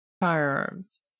firearms